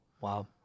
Wow